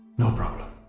no problem